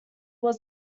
was